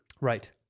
Right